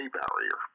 barrier